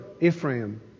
Ephraim